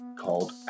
called